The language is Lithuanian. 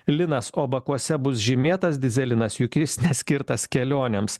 linas o bakuose bus žymėtas dyzelinas juk jis neskirtas kelionėms